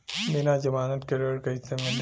बिना जमानत के ऋण कैसे मिली?